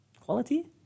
quality